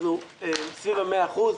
אנחנו סביב המאה אחוז.